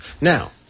Now